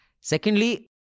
Secondly